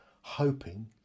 hoping